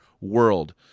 world